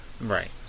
Right